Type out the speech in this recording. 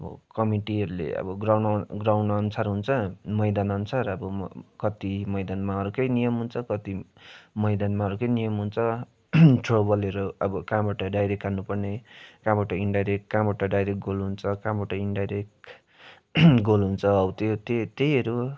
अब कमिटीहरूले अब ग्राउन्ड ग्राउन्डअनसार हुन्छ मैदानअनसार अब कति मैदानमा अर्कै नियम हुन्छ कति मैदानमा अर्कै नियम हुन्छ थ्रो बलहरू अब कहाँबाट डाइरेक्ट हान्नुपर्ने कहाँबाट इन्डाइरेक्ट कहाँबाट डाइरेक्ट गोल हुन्छ कहाँबाट इन्डाइरेक्ट गोल हुन्छ हौ त्यो त्यो त्यहीहरू